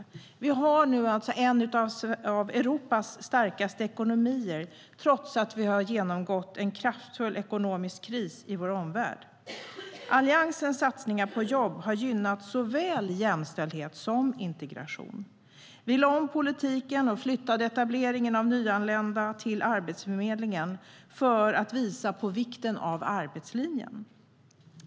Vi har nu en av Europas starkaste ekonomier, trots att vår omvärld har genomgått en kraftfull ekonomisk kris. Alliansens satsningar på jobb har gynnat såväl jämställdhet som integration. Vi lade om politiken och flyttade etableringen av nyanlända till Arbetsförmedlingen för att visa på vikten av arbetslinjen.